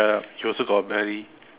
shut up you also got a belly